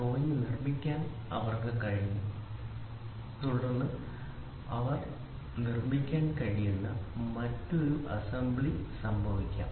drawing നിർമ്മിക്കാൻ അവർക്ക് കഴിഞ്ഞു തുടർന്ന് അവർക്ക് നിർമ്മിക്കാൻ കഴിയുന്ന മറ്റൊരു സ്ഥലത്ത് അസംബ്ലി സംഭവിക്കാം